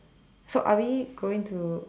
so are we going to